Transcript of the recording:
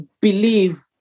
believe